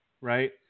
right